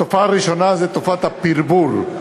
התופעה הראשונה היא תופעת הפרבור.